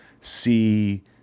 See